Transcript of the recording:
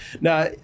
Now